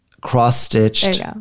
cross-stitched